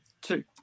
Two